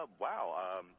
Wow